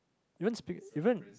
Even speak Even